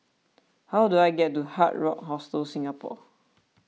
how do I get to Hard Rock Hostel Singapore